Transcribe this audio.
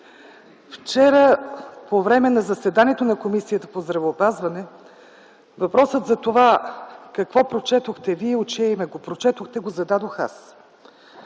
Вчера по време на заседанието на Комисията по здравеопазване въпросът за това какво прочетохте Вие и от чие име го прочетохте, го зададох аз.